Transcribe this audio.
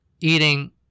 eating